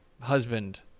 husband